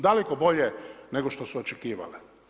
Daleko bolje nego što su očekivale.